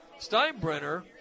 Steinbrenner